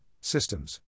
systems